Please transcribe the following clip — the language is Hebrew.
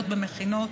להיות במכינות,